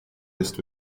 list